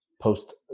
post